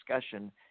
discussion